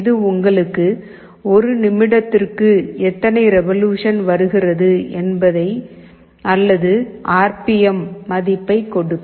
இது உங்களுக்கு ஒரு நிமிடத்திற்கு எத்தனை ரெவொலுஷன் வருகிறது என்பதை அல்லது ஆர் பி எம் மதிப்பை கொடுக்கும்